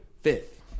Fifth